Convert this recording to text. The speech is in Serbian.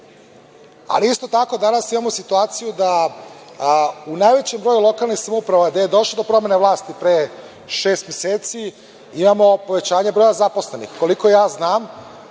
tako danas imamo situaciju da u najvećem broju lokalnih samouprava, gde je došlo do promene vlasti pre šest meseci, imamo povećanje broja zaposlenih. Koliko ja znam,